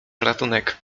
ratunek